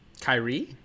kyrie